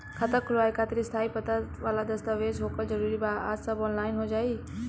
खाता खोलवावे खातिर स्थायी पता वाला दस्तावेज़ होखल जरूरी बा आ सब ऑनलाइन हो जाई?